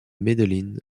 medellín